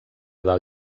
del